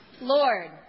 Lord